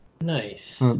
Nice